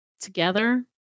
together